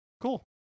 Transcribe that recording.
Cool